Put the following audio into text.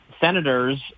senators